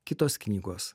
kitos knygos